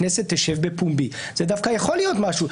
הכנסת תשב בפומבי דווקא יכול להיות משהו,